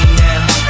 now